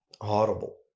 horrible